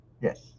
yes